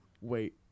Wait